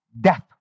Death